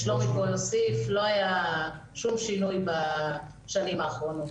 לא היה שום שינוי בשנים האחרונות.